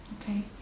Okay